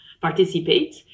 participate